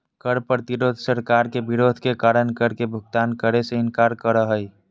कर प्रतिरोध सरकार के विरोध के कारण कर के भुगतान करे से इनकार करो हइ